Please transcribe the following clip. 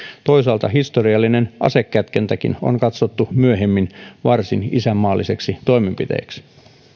toisaalta historiallinen asekätkentäkin on katsottu myöhemmin varsin isänmaalliseksi toimenpiteeksi